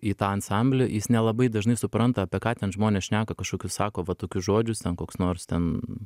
į tą ansamblį jis nelabai dažnai supranta apie ką ten žmonės šneka kažkokius sako va tokius žodžius ten koks nors ten